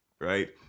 Right